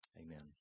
Amen